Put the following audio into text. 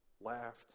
Laughed